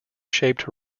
shaped